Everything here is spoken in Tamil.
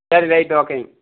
சரி ரைட்டு ஓகேங்க